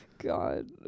God